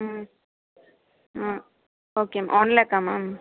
ம் ஆ ஓகே ஆனில் இருக்கா மேம்